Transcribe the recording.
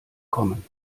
kommen